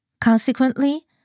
Consequently